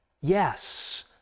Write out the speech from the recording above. yes